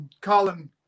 Colin